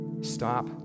Stop